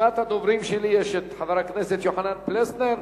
ברשימת הדוברים שלי ישנו חבר הכנסת יוחנן פלסנר.